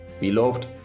Beloved